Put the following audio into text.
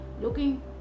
looking